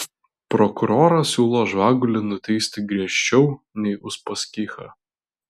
prokuroras siūlo žvagulį nuteisti griežčiau nei uspaskichą